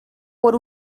por